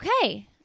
okay